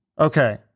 Okay